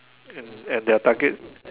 and and their package